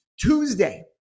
Tuesday